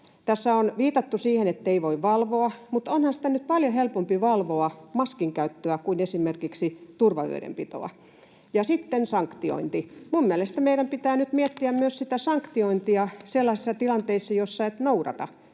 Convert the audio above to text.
Tässä on viitattu siihen, ettei voi valvoa, mutta onhan sitä maskin käyttöä nyt paljon helpompi valvoa kuin esimerkiksi turvavöiden pitoa. Ja sitten sanktiointi: minun mielestäni meidän pitää nyt miettiä myös sanktiointia sellaisissa tilanteissa, joissa et noudata